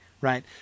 right